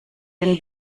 den